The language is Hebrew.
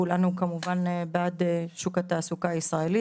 כולנו כמובן בעד שוק התעסוקה הישראלי,